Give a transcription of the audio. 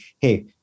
hey